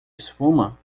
espuma